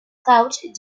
passed